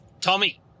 Tommy